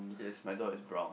yes my door is brown